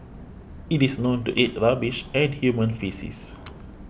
it is known to eat rubbish and human faeces